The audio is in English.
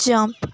jump